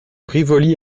rivoli